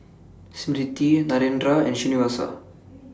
Smriti Narendra and Srinivasa